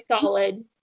solid